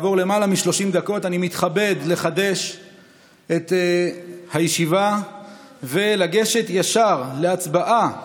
למעלה מ-30 דקות אני מתכבד לחדש את הישיבה ולגשת ישר להצבעה